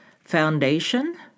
Foundation